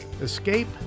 escape